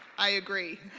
i agree.